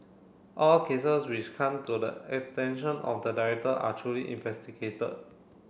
all cases which come to the attention of the director are truly investigated